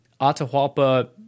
Atahualpa